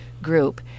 group